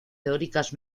teóricas